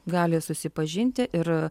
gali susipažinti ir